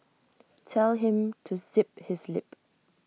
tell him to zip his lip